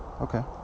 Okay